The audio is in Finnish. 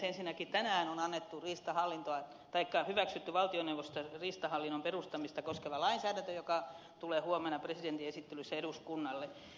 ensinnäkin tänään on hyväksytty valtioneuvoston riistahallinnon perustamista koskeva lainsäädäntö joka tulee huomenna presidentin esittelyssä eduskunnalle